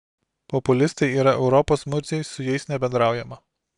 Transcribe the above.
populistai yra europos murziai su jais nebendraujama